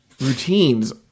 routines